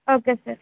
okay sir